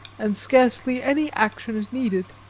and scarcely any action is needed.